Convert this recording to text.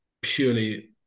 purely